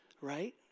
right